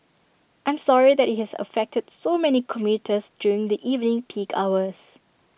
I'm sorry that IT has affected so many commuters during the evening peak hours